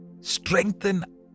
strengthen